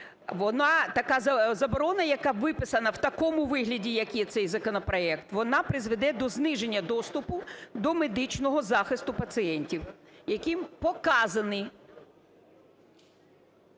така заборона, яка виписана в такому вигляді, як є цей законопроект, вона призведе до зниження доступу до медичного захисту пацієнтів, яким показані…